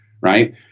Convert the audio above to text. right